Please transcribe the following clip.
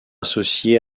associés